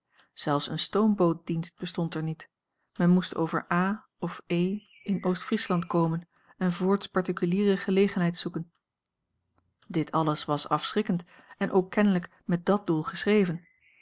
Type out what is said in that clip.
zelfs een stoombootdienst bestond er niet men moest over a of e in oost-friesland komen en voorts particuliere gelegenheid zoeken dit alles was afschrikkend en ook kenlijk met dàt doel geschreven